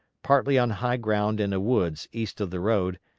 partly on high ground in a woods east of the road,